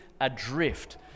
adrift